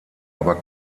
aber